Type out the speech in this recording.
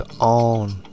on